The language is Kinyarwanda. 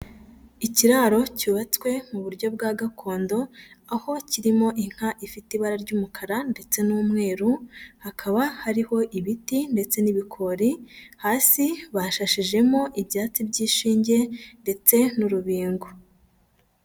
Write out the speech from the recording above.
Ikiraro cyubatswe mu buryo bwa gakondo aho kirimo inka ifite ibara ry'umukara ndetse n'umweru, hakaba hariho ibiti ndetse n'ibikori, hasi bashashijemo ibyatsi by'ishinge ndetse n'urubingo.